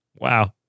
Wow